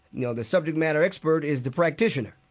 you know, the subject matter expert is the practitioner.